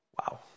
Wow